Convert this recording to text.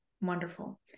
Wonderful